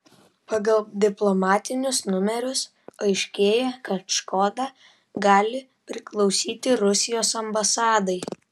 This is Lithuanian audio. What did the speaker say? pagal diplomatinius numerius aiškėja kad škoda gali priklausyti rusijos ambasadai